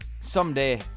someday